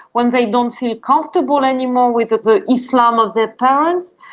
when they don't feel comfortable anymore with the islam of their parents,